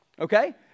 Okay